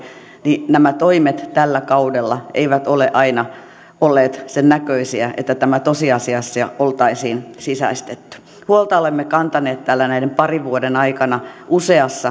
niin nämä toimet tällä kaudella eivät ole aina olleet sen näköisiä että tämä tosiasiassa oltaisiin sisäistetty huolta olemme kantaneet täällä näiden parin vuoden aikana useaan